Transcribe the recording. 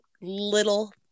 little